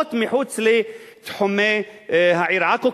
שמיובאות מחוץ לתחומי העיר עכו,